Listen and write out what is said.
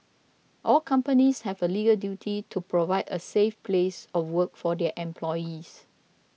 all companies have a legal duty to provide a safe place of work for their employees